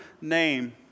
name